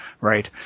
right